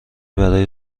برای